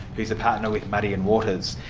who's a partner with muddie and waters,